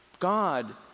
God